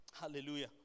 Hallelujah